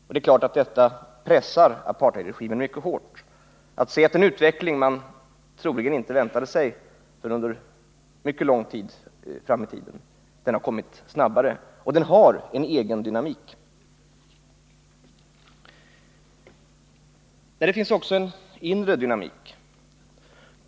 Och det är klart att detta pressar apartheidregimen mycket hårt — att se att den utveckling som man troligen inte väntade sig förrän mycket långt fram i tiden har kommit snabbare och har en egen dynamik. Men det finns som sagt också en inre dynamik.